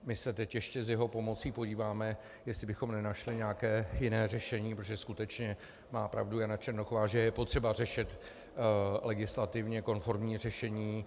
My se teď ještě s jeho pomocí podíváme, jestli bychom nenašli nějaké jiné řešení, protože skutečně má pravdu Jana Černochová, že je potřeba najít legislativně konformní řešení.